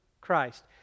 Christ